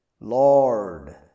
Lord